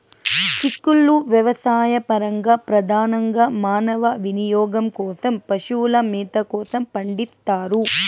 చిక్కుళ్ళు వ్యవసాయపరంగా, ప్రధానంగా మానవ వినియోగం కోసం, పశువుల మేత కోసం పండిస్తారు